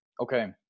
Okay